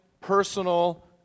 personal